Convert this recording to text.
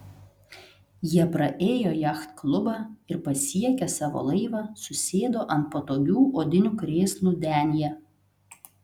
jie praėjo jachtklubą ir pasiekę savo laivą susėdo ant patogių odinių krėslų denyje